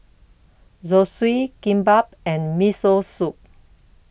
Zosui Kimbap and Miso Soup